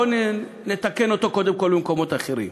בואו נתקן אותו קודם כול במקומות אחרים.